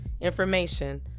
information